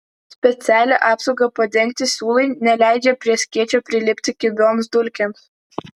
specialia apsauga padengti siūlai neleidžia prie skėčio prilipti kibioms dulkėms